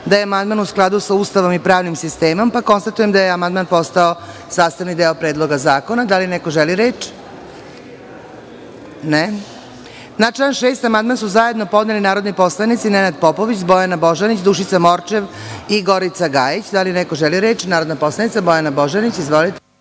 da je amandman u skladu sa Ustavom i pravnim sistemom, pa konstatujem da je amandman postao sastavni deo Predloga zakona. Da li još neko želi reč? (Ne.)Na član 14. amandman su zajedno podnele narodni poslanici Bojana Božanić, Dušica Morčev i Gorica Gajić. Narodna poslanica Bojana Božanić ima reč.